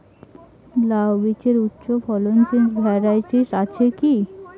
লাউ বীজের উচ্চ ফলনশীল ভ্যারাইটি আছে কী?